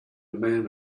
man